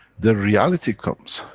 the reality comes,